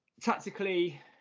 tactically